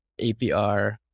APR